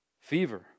fever